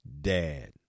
dad